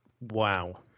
Wow